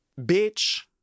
Bitch